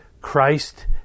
Christ